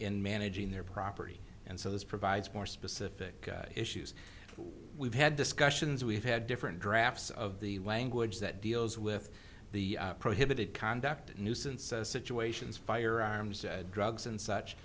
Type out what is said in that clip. in managing their property and so this provides more specific issues we've had discussions we've had different drafts of the language that deals with the prohibited conduct nuisance situations firearms drugs and such